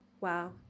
Wow